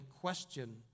question